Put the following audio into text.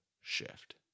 shift